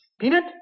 peanut